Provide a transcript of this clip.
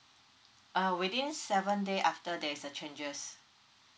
ah within seven day after there is a changes